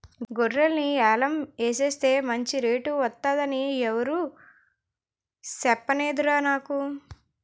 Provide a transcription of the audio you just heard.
గొర్రెల్ని యాలం ఎసేస్తే మంచి రేటు వొత్తదని ఎవురూ సెప్పనేదురా నాకు